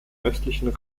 östlichen